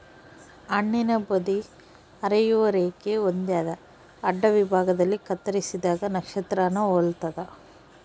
ಹಣ್ಣುನ ಬದಿ ಹರಿಯುವ ರೇಖೆ ಹೊಂದ್ಯಾದ ಅಡ್ಡವಿಭಾಗದಲ್ಲಿ ಕತ್ತರಿಸಿದಾಗ ನಕ್ಷತ್ರಾನ ಹೊಲ್ತದ